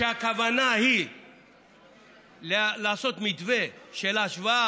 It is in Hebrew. שהכוונה היא לעשות מתווה של ההשוואה,